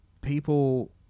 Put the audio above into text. people